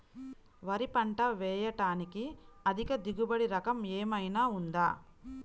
వరి పంట వేయటానికి అధిక దిగుబడి రకం ఏమయినా ఉందా?